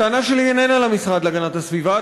הטענה שלי איננה למשרד להגנת הסביבה,